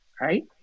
right